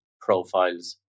profiles